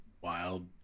wild